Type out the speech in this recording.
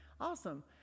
awesome